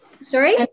Sorry